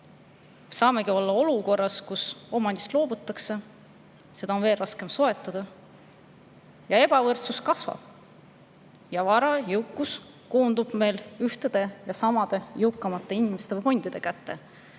Saamegi olukorra, kus omandist loobutakse, seda on veel raskem soetada ja ebavõrdsus kasvab. Vara ja jõukus koondub meil ühtede ja samade inimeste või fondide kätte.